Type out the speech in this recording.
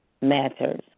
matters